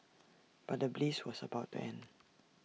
but the bliss was about to end